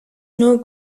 nur